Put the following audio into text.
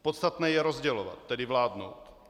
Podstatné je rozdělovat, tedy vládnout.